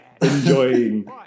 enjoying